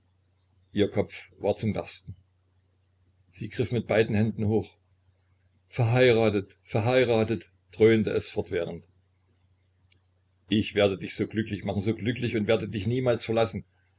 ihr kopf war zum bersten sie griff mit beiden händen hoch verheiratet verheiratet dröhnte es fortwährend ich werde dich so glücklich machen so glücklich und werde dich niemals verlassen